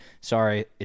Sorry